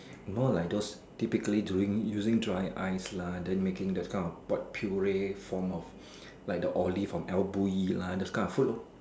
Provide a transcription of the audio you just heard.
more like those typically during using dry ice lah then making those kind what puree form of like the olive from like those kind of food lor